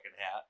hat